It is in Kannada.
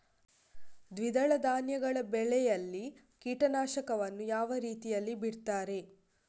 ದ್ವಿದಳ ಧಾನ್ಯಗಳ ಬೆಳೆಯಲ್ಲಿ ಕೀಟನಾಶಕವನ್ನು ಯಾವ ರೀತಿಯಲ್ಲಿ ಬಿಡ್ತಾರೆ?